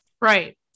Right